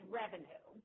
revenue